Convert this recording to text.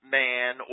man